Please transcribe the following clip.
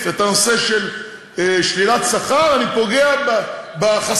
את הנושא של שלילת שכר אני פוגע בחסינות.